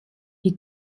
who